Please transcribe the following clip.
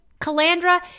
Calandra